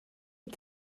est